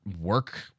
work